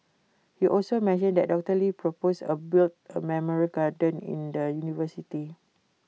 he also mentioned that doctor lee propose A build A memorial garden in the university